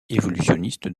évolutionniste